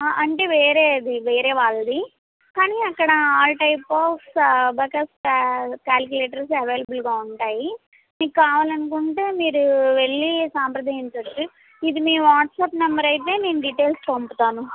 అంటే వేరేది వేరే వాళ్ళది కానీ అక్కడ ఆల్ టైప్స్ ఆఫ్ అబాకస్ క్యా క్యాలికులేటర్స్ అవైలబుల్గా ఉంటాయి మీకు కావాలి అనుకుంటే మీరు వెళ్ళి సంప్రదించవచ్చు ఇది మీ వాట్సాప్ నెంబర్ ఐతే నేను డీటెయిల్స్ పంపుతాను